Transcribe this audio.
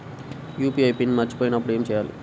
UPI PIN మరచిపోయినప్పుడు ఏమి చేయాలి?